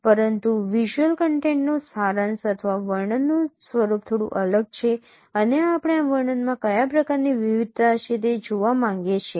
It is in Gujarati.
પરંતુ વિઝ્યુઅલ કન્ટેન્ટનો સારાંશ અથવા વર્ણનનું સ્વરૂપ થોડું અલગ છે અને આપણે આ વર્ણનમાં કયા પ્રકારની વિવિધતા છે તે જોવા માંગીએ છીએ